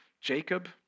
Jacob